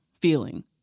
feeling